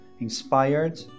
inspired